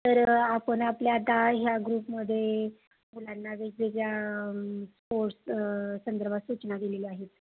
तर आपण आपल्या आता ह्या ग्रुपमध्ये मुलांना वेगवेगळ्या स्पोर्ट्स संदर्भात सूचना दिलेल्या आहेत